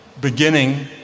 beginning